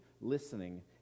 listening